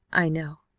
i know.